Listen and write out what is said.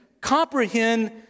comprehend